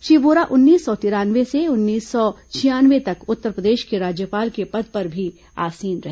श्री वोरा उन्नीस सौ तिरानवे से उन्नीस सौ छियानवे तक उत्तरप्रदेश के राज्यपाल के पद पर भी आसीन रहे